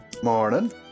Morning